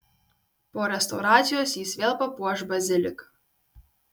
po restauracijos jis vėl papuoš baziliką